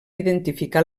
identificar